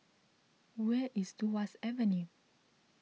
where is Tuas Avenue